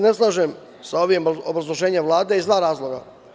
Ne slažem se sa ovim obrazloženjem Vlade, iz dva razloga.